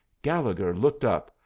gallegher looked up,